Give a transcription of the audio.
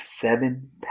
seven